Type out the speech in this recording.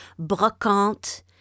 brocante